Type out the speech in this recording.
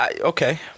okay